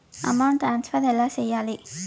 amount transfer ఎలా సేయాలి